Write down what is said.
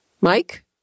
Mike